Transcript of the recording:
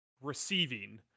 receiving